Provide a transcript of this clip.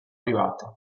privata